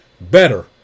better